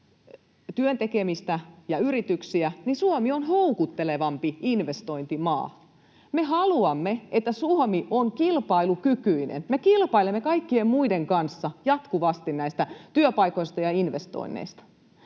työn tekemistä ja yrityksiä, niin Suomi on houkuttelevampi investointimaa. Me haluamme, että Suomi on kilpailukykyinen. Me kilpailemme kaikkien muiden kanssa jatkuvasti näistä työpaikoista ja investoinneista,